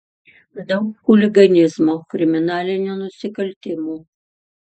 daug chuliganizmo kriminalinių nusikaltimų